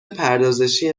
پردازشی